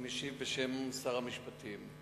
אני משיב בשם שר המשפטים.